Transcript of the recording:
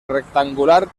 rectangular